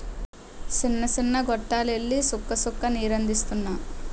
సిన్న సిన్న గొట్టాల్లెల్లి సుక్క సుక్క నీరందిత్తన్నారు